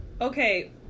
Okay